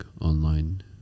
online